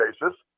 basis